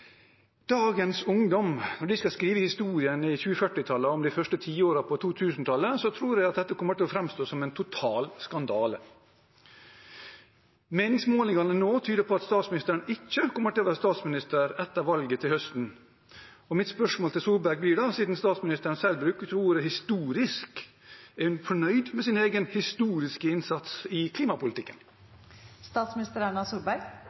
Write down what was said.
dagens ungdom på 2040-tallet skal skrive historien om de første tiårene på 2000-tallet, tror jeg at dette kommer til å framstå som en total skandale. Meningsmålingene nå tyder på at statsministeren ikke kommer til å være statsminister etter valget til høsten. Mitt spørsmål til Solberg blir da, siden statsministeren selv brukte ordet «historisk»: Er hun fornøyd med sin egen historiske innsats i